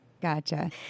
Gotcha